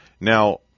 Now